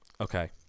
Okay